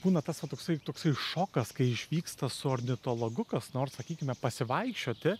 būna tas va toksai toksai šokas kai išvyksta su ornitologu kas nors sakykime pasivaikščioti